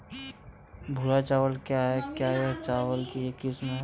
भूरा चावल क्या है? क्या यह चावल की एक किस्म है?